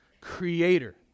creator